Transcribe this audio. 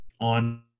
on